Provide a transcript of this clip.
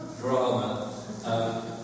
drama